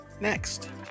Next